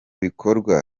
bikorwa